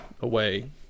away